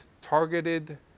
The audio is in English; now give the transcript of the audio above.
targeted